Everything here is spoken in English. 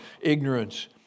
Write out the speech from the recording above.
ignorance